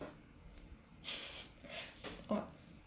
or~